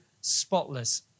spotless